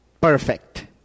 perfect